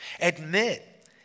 Admit